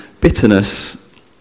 bitterness